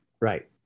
right